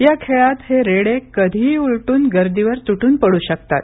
या खेळात हे रेडे कधीही उलट्रन गर्दीवर तुट्रन पड्र शकतात